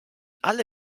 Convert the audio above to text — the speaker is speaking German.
alle